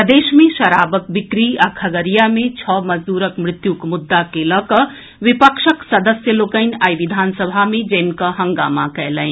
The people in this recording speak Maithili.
प्रदेश मे शराबक बिक्री आ खगड़िया मे छओ मजदूरक मृत्युक मुद्दा के लऽकऽ विपक्षक सदस्य लोकनि आइ विधानसभा मे जमिकऽ हंगामा कयलनि